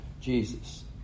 Jesus